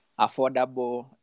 affordable